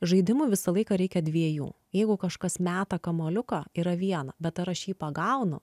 žaidimui visą laiką reikia dviejų jeigu kažkas meta kamuoliuką yra viena bet ar aš jį pagaunu